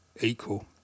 Equal